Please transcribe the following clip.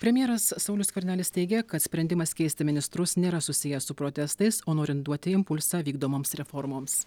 premjeras saulius skvernelis teigia kad sprendimas keisti ministrus nėra susijęs su protestais o norint duoti impulsą vykdomoms reformoms